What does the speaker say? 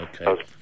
Okay